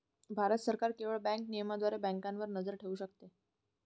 भारत सरकार केवळ बँक नियमनाद्वारे बँकांवर नजर ठेवू शकते